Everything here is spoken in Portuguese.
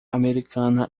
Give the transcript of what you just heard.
americana